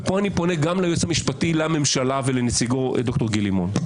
ופה אני פונה גם לייעוץ המשפטי לממשלה ולנציגו ד"ר גיל לימון: